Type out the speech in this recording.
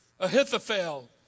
Ahithophel